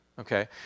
Okay